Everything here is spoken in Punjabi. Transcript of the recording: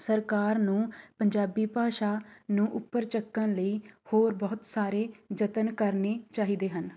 ਸਰਕਾਰ ਨੂੰ ਪੰਜਾਬੀ ਭਾਸ਼ਾ ਨੂੰ ਉੱਪਰ ਚੱਕਣ ਲਈ ਹੋਰ ਬਹੁਤ ਸਾਰੇ ਯਤਨ ਕਰਨੇ ਚਾਹੀਦੇ ਹਨ